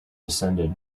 descended